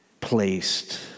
placed